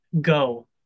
Go